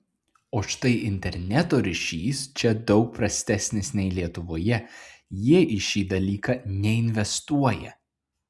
o štai interneto ryšys čia daug prastesnis nei lietuvoje jie į šį dalyką neinvestuoja